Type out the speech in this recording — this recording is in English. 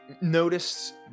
noticed